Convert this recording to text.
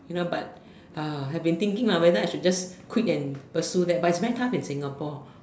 you know but uh I have been thinking lah whether I should just quit and pursue that but its very tough in Singapore